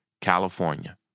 California